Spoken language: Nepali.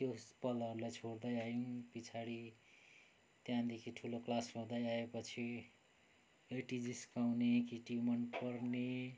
त्यो पलहरूलाई छोड्दै आयौँ पिछाडि त्यहाँदेखि ठुलो क्लास बढ्दै आएपछि केटी जिस्काउने केटी मनपर्ने